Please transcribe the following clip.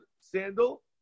sandal